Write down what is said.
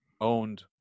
owned